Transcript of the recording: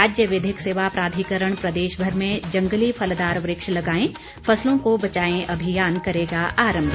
राज्य विधिक सेवा प्राधिकरण प्रदेशभर में जंगली फलदार वृक्ष लगाएं फसलों को बचाएं अभियान करेगा आरंभ